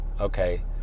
Okay